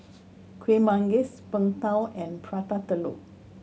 Kuih Manggis Png Tao and Prata Telur